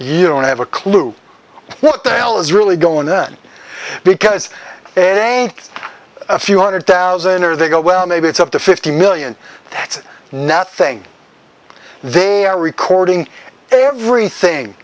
you don't have a clue what the hell is really going on because a few hundred thousand or they go well maybe it's up to fifty million it's nothing they are recording everything